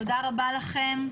תודה רבה לכם.